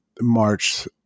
March